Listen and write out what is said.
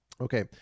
Okay